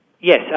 Yes